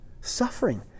suffering